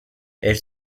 elle